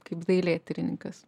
kaip dailėtyrininkas